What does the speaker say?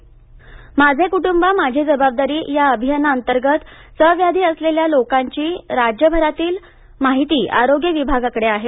माझे कुटुंब माझी जबाबदारी या अभियानांतर्गत सहव्याधी असलेल्या लोकांची राज्यभरातील माहिती आरोग्य विभागाकडे आहे